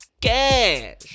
cash